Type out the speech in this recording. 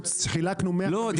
חילקנו 150 מיליון שקל.